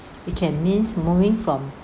it can means moving from